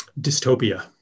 dystopia